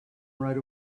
right